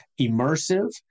immersive